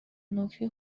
نکته